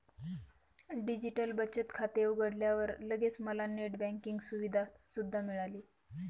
digital बचत खाते उघडल्यावर लगेच मला नेट बँकिंग सुविधा सुद्धा मिळाली